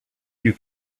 you